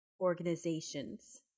organizations